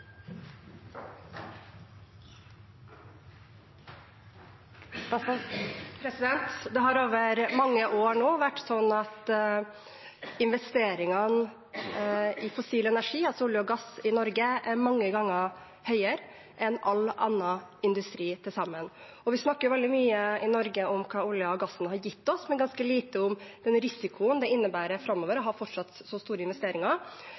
oppfølgingsspørsmål. Det har over mange år vært slik at investeringene i fossil energi – altså olje og gass – i Norge har vært mange ganger høyere enn i all annen industri til sammen. Vi snakker i Norge veldig mye om hva oljen og gassen har gitt oss, men ganske lite om den risikoen det innebærer framover å fortsette å ha så store